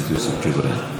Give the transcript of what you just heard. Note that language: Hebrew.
אדוני היושב-ראש,